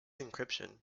encryption